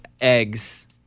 eggs